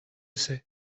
sais